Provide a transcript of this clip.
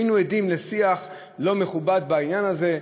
היינו עדים לשיח לא מכובד בעניין הזה,